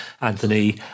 Anthony